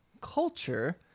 culture